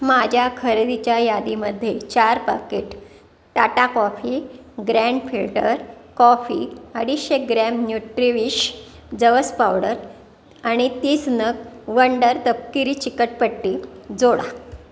माझ्या खरेदीच्या यादीमध्ये चार packet Tata coffee grand filter coffee अडीचशे ग्रॅम न्युट्रिविश जवस पावडर आणि तीस नग वंडर तपकिरी चिकटपट्टी